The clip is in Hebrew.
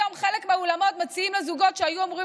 היום חלק מהאולמות מציעים לזוגות שהיו אמורים